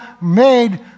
made